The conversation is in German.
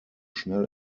schnell